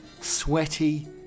sweaty